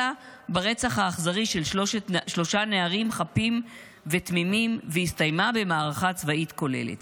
ברצח האכזרי של שלושה נערים חפים ותמימים והסתיימה במערכה צבאית כוללת".